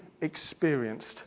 experienced